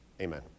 amen